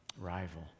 rival